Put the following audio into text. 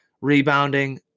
rebounding